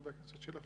חבר הכנסת שלח,